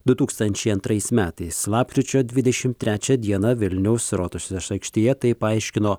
du tūkstančiai antrais metais lapkričio dvidešimt trečią dieną vilniaus rotušeš aikštėje tai paaiškino